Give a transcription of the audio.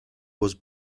was